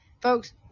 Folks